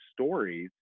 stories